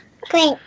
Great